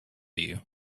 you